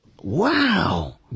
Wow